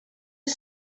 who